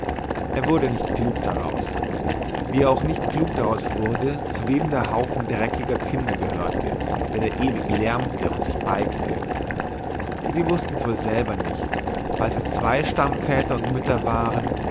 er wurde nicht klug daraus wie er auch nicht klug daraus wurde zu wem der haufen dreckiger kinder gehörte der da ewig lärmte und sich balgte sie wußten's wohl selber nicht falls es zwei stammväter und mütter waren